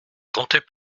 comptais